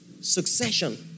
Succession